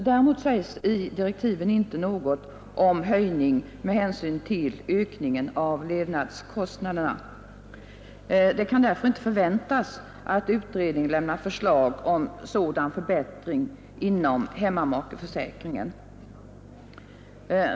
Däremot sägs det i direktiven ingenting om en höjning med hänsyn till ökning av levnadskostnaderna. Det kan därför inte förväntas att utredningen lämnar förslag om sådan förbättring inom hemmamakeförsäkringen.